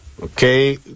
Okay